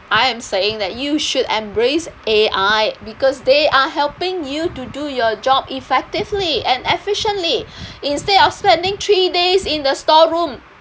I am saying that you should embrace A_I because they are helping you to do your job effectively and efficiently instead of spending three days in the store room